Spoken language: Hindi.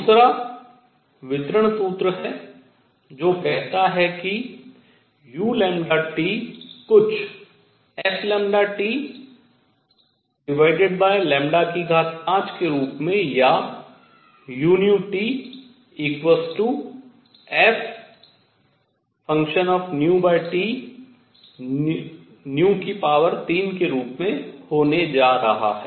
दूसरा वितरण सूत्र है जो कहता है कि u कुछ fT5 के रूप में या u fT3 के रूप में होने जा रहा है